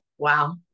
Wow